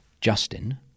Justin